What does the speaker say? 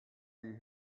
you